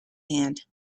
hand